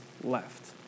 left